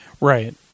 right